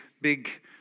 big